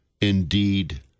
indeed